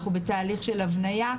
אנחנו בתהליך של הבניה.